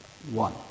One